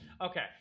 Okay